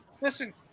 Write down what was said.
Listen